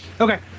Okay